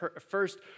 first